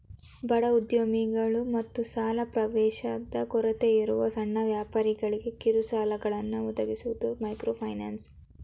ಬಡವ ಉದ್ಯಮಿಗಳು ಮತ್ತು ಸಾಲ ಪ್ರವೇಶದ ಕೊರತೆಯಿರುವ ಸಣ್ಣ ವ್ಯಾಪಾರಿಗಳ್ಗೆ ಕಿರುಸಾಲಗಳನ್ನ ಒದಗಿಸುವುದು ಮೈಕ್ರೋಫೈನಾನ್ಸ್